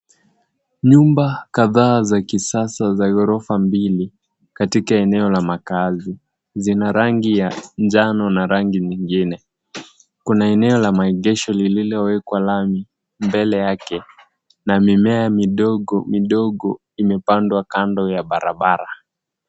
Nyumba kadhaa za kisasa za ghorofa mbili, katika eneo la makaazi. Zina rangi ya njano na rangi nyingine. Kuna eneo la maegesho lililowekwa lami, mbele yake, na mimea midogo imepandwa kando ya barabara.